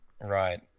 Right